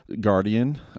Guardian